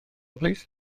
plîs